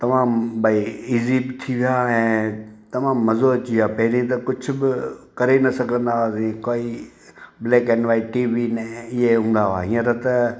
तव्हां भई ईज़ी थी विया ऐं तमामु मज़ो अची वियो आहे पहिरीं त कुझु बि करे न सघंदा हुआसीं काई ब्लेक ऐंड वाइट टीवी न इहे हूंदा हुआ हीअंर त